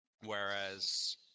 whereas